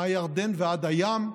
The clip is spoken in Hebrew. מהירדן ועד הים,